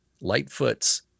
lightfoot's